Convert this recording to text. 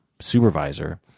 supervisor